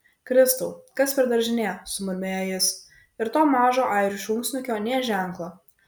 kristau kas per daržinė sumurmėjo jis ir to mažo airių šunsnukio nė ženklo